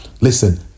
Listen